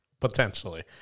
Potentially